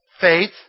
Faith